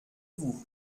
vous